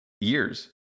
years